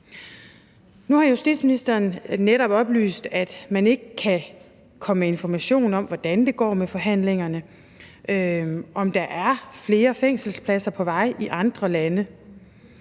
Nu har justitsministeren netop oplyst, at man ikke kan komme med information om, hvordan det går med forhandlingerne, om der er flere fængselspladser på vej i andre lande.